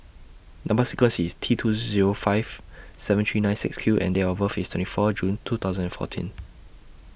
Number sequence IS T two Zero five seven three nine six Q and Date of birth IS twenty four June two thousand and fourteen